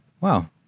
Wow